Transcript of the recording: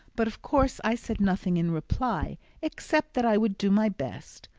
but of course i said nothing in reply except that i would do my best,